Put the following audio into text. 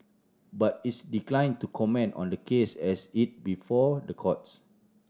but it's declined to comment on the case as it before the courts